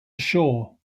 ashore